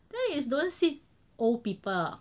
then you don't see old people